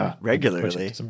regularly